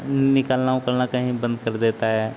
निकलना उकलना कहीं बंद कर देता है